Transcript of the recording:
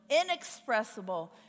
inexpressible